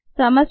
సమస్య 2